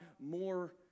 more